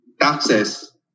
taxes